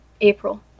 April